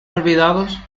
olvidados